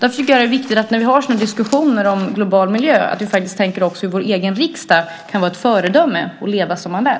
Därför är det viktigt när vi har diskussioner om global miljö att vi också tänker på hur vår egen riksdag kan vara ett föredöme och att leva som man lär.